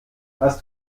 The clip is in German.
hast